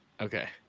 Okay